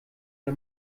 der